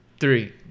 three